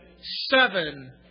seven